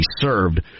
served